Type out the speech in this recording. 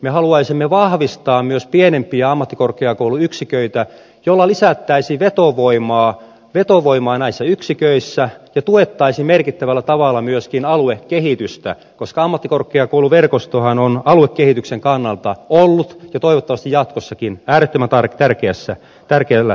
me haluaisimme vahvistaa myös pienempiä ammattikorkeakouluyksiköitä millä lisättäisiin vetovoimaa näissä yksiköissä ja tuettaisiin merkittävällä tavalla myöskin aluekehitystä koska ammattikorkeakouluverkostohan on aluekehityksen kannalta ollut ja on toivottavasti jatkossakin äärettömän tärkeällä sijalla